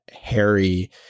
Harry